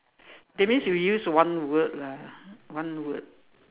that means you use one word lah one word